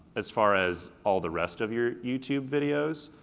as far as all the rest of your youtube videos,